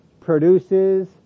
produces